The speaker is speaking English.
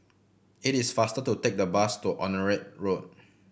it is faster to take the bus to Onraet Road